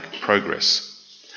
progress